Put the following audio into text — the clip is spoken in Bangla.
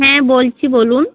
হ্যাঁ বলছি বলুন